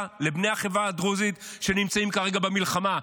לבני החברה הדרוזית שנמצאים כרגע במלחמה.